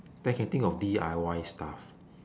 then I can think of D_I_Y stuff